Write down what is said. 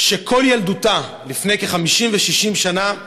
שכל ילדותה, לפני כ-50 ו-60 שנה,